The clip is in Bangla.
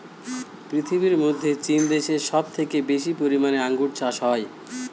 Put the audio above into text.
পৃথিবীর মধ্যে চীন দেশে সব থেকে বেশি পরিমানে আঙ্গুর চাষ হয়